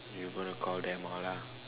you going to call them all ah